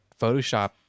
Photoshop